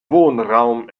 wohnraum